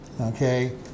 Okay